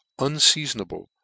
unseasonable